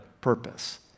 purpose